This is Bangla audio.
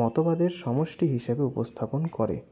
মতবাদের সমষ্টি হিসাবে উপস্থাপন করে